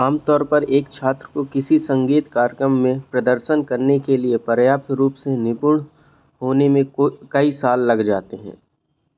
आम तौर पर एक छात्र को किसी संगीत कार्यक्रम में प्रदर्शन करने के लिए पर्याप्त रूप से निपुण होने में कई साल लग जाते हैं